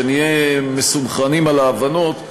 שנהיה מסונכרנים על ההבנות,